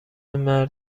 مرد